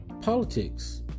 politics